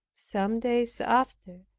some days after,